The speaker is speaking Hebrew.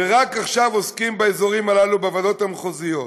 ורק עכשיו עוסקים באזורים הללו בוועדות המחוזיות.